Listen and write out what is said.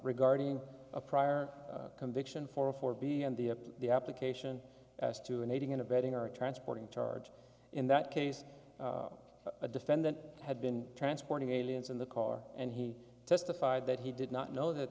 regarding a prior conviction for a for b and the the application as to an aiding and abetting or a transporting charge in that case a defendant had been transporting aliens in the car and he testified that he did not know that